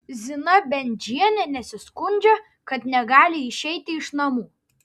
zina bendžienė nesiskundžia kad negali išeiti iš namų